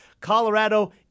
Colorado